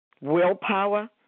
willpower